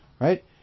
right